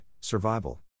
survival